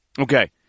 Okay